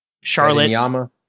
Charlotte